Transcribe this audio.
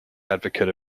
advocate